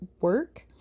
work